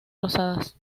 rosadas